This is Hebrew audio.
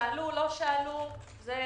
שאלו, לא שאלו זו